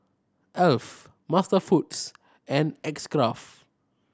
Alf MasterFoods and X Craft